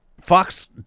Fox